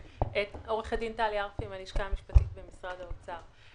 עורכת הדין טלי ארפי מהלשכה המשפטית במשרד האוצר.